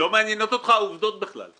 לא מעניינות אותך העובדות בכלל.